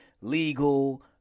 legal